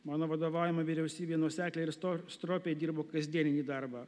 mano vadovaujama vyriausybė nuosekliai ir sto stropiai dirbo kasdienį darbą